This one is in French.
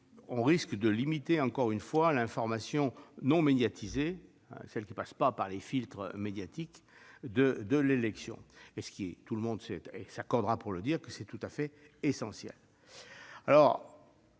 on risque de limiter une nouvelle fois l'information non médiatisée, celle qui ne passe pas par les filtres médiatiques de l'élection, dont tout le monde s'accordera pour dire qu'elle est tout à fait essentielle.